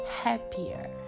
happier